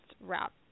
wrap